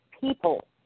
people